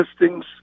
listings